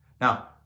Now